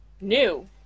new